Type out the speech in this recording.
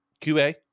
QA